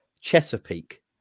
Chesapeake